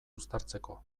uztartzeko